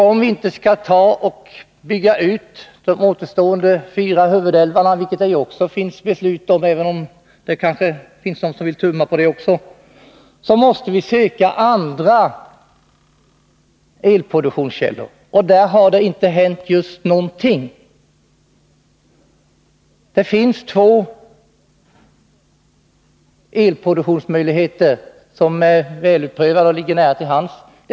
Om vi inte skall bygga ut de fyra återstående huvudälvarna — ett sådant beslut föreligger, även om det finns de som vill tumma även på det — måste vi söka andra elproduktionskällor. Där har det inte hänt just någonting. Det finns två elproduktionsmöjligheter som är väl beprövade och som det ligger nära till hands att använda sig av.